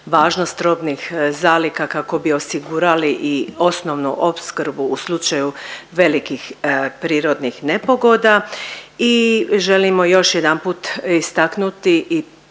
važnost robnih zaliha kako bi osigurali i osnovnu opskrbu u slučaju velikih prirodnih nepogoda i želimo još jedanput istaknuti i